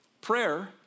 Prayer